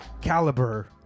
Caliber